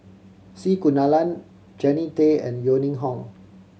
C Kunalan Jannie Tay and Yeo Ning Hong